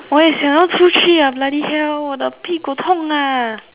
我也想要出去啊 bloody hell 我的屁股痛啊